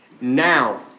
Now